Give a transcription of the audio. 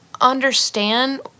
understand